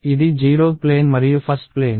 ఇది 0th plane మరియు 1th plane